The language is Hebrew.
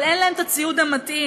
אבל אין להם ציוד מתאים.